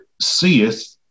seeth